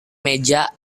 meja